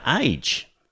age